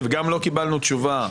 וגם לא קיבלנו תשובה.